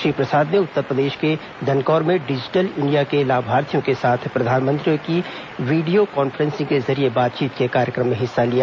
श्री प्रसाद ने उत्तरप्रदेश के दनकौर में डिजिटल इंडिया के लाभार्थियों के साथ प्रधानमंत्री की वीडियों कांफ्रेसिंग के जरिए बातचीत के कार्यक्रम में हिस्प्सा लिया